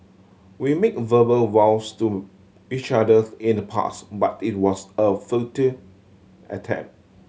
we made verbal vows to each other in the past but it was a futile attempt